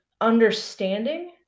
understanding